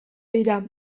dira